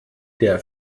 der